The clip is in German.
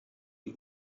die